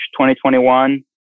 2021